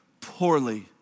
poorly